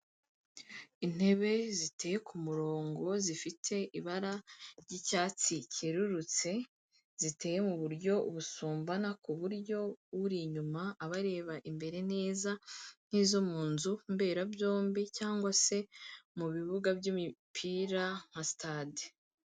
Intebe ziteye ku murongo zifite ibara ry'icyatsi kerurutse, ziteye mu buryo busumbana ku buryo uri inyuma aba areba imbere neza, nk'izo mu nzu mberabyombi cyangwa se mu bibuga by'imipira nka sitade.